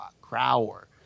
Crower